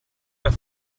der